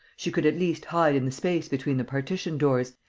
she could at least hide in the space between the partition-doors,